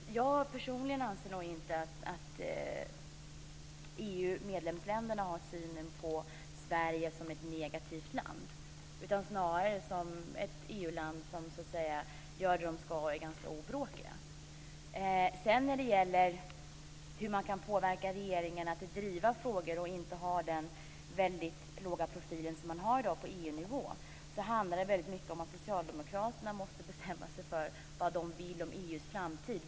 Fru talman! Personligen anser jag inte att EU medlemsländerna ser Sverige som ett negativt land. Snarare ses vi som ett EU-land som gör vad vi ska och är ganska obråkiga. Hur kan man påverka regeringen så att den driver frågor och inte håller en så låg profil på EU-nivå som man gör i dag? Ja, det handlar mycket om att socialdemokraterna måste bestämma sig för vad de vill med EU:s framtid.